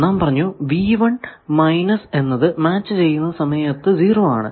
നാം പറഞ്ഞു എന്നത് മാച്ച് ചെയ്യുന്ന സമയത്തു 0 ആണ്